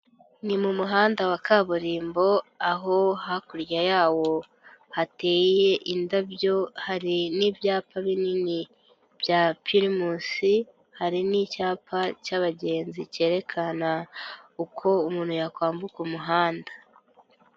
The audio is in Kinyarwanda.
Ni mu muhanda wa kaburimbo aho hakurya yawo hateye indabyo hari n'ibyapa binini bya pirimusi, hari n'icyapa cy'abagenzi cyerekana uko umuntu yakwambuka umuhanda.